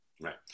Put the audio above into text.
Right